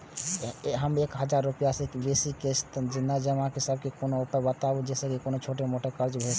हम एक हजार रूपया से बेसी किस्त नय जमा के सकबे कोनो उपाय बताबु जै से कोनो छोट मोट कर्जा भे जै?